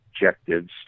objectives